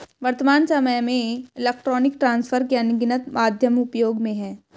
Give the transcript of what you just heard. वर्त्तमान सामय में इलेक्ट्रॉनिक ट्रांसफर के अनगिनत माध्यम उपयोग में हैं